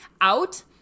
out